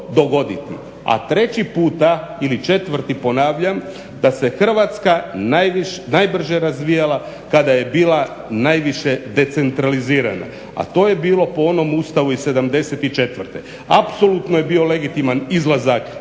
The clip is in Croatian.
A treći puta ili četvrti ponavljam da se Hrvatska najbrže razvijala kada je bila najviše decentralizirana, a to je bilo po onom Ustavu iz '74. Apsolutno je bio legitiman izlazak iz